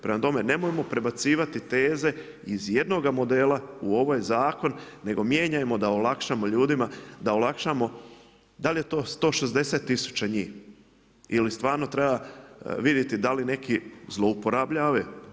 Prema tome nemojmo prebacivati teze iz jednoga modela u ovaj zakon, nego mijenjajmo da olakšamo ljudima, da olakšamo, da li je to 160000 njih, ili stvarno treba vidjeti da li neki zloupotrebljavaju.